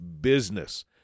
business